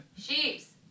Sheeps